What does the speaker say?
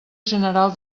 general